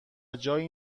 جایی